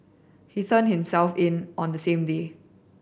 he turned himself in on the same day